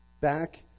Back